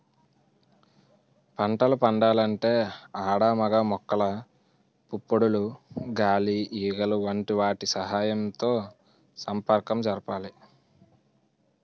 పంటలు పండాలంటే ఆడ మగ మొక్కల పుప్పొడులు గాలి ఈగలు వంటి వాటి సహాయంతో సంపర్కం జరగాలి